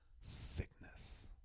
Sickness